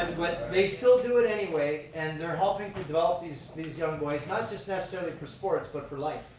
and but they still do it anyway and they're helping to develop these these young boys, not just necessarily for sports but for life.